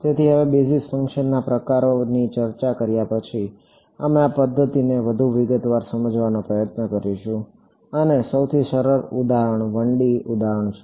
તેથી હવે બેઝિસ ફંક્શનના પ્રકારોની ચર્ચા કર્યા પછી અમે આ પદ્ધતિને વધુ વિગતવાર સમજવાનો પ્રયત્ન કરીશું અને સૌથી સરળ ઉદાહરણ 1D ઉદાહરણ છે